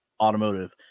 Automotive